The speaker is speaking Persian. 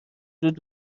زود